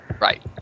Right